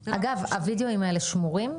אגב, הווידאו האלה שמורים?